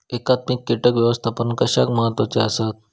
एकात्मिक कीटक व्यवस्थापन कशाक महत्वाचे आसत?